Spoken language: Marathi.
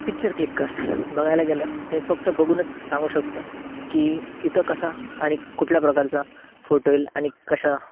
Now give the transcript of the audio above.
पिच्चर क्लिक करणं बघायला गेलं तर मी फक्त बघूनच सांगू शकतो की तिथं कसा आणि कुठल्या प्रकारचा फोटो येईल आणि कशा